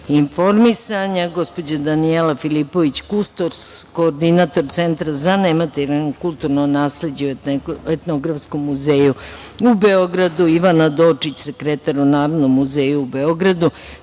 informisanja, gospođa Danijela Filipović, kustos, koordinator Centra za nematerijalno kulturno nasleđe u Etnografskom muzeju u Beogradu, Ivan Dodžić, sekretar u Narodnom muzeju u Beogradu,